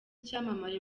icyamamare